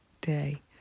day